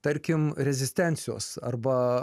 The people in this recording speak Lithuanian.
tarkim rezistencijos arba